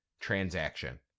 transaction